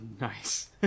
Nice